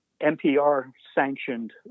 NPR-sanctioned